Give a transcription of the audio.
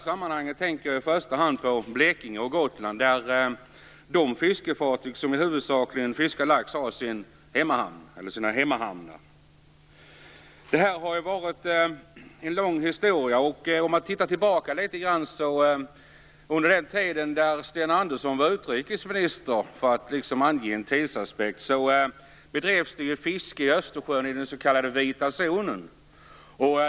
Jag tänker i första hand på Blekinge och Gotland, där de fiskefartyg som huvudsakligen fiskar lax har sin hemmahamn. Det här har varit en lång historia. På den tid då Sten Andersson var utrikesminister - för att ange en tidsaspekt - bedrevs det fiske i Östersjön i den s.k. vita zonen.